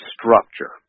structure